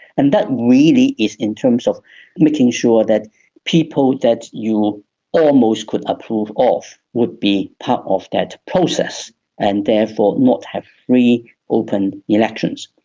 and that really is in terms of making sure that people that you almost could approve of would be part of that process and therefore not have free open elections.